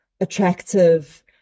attractive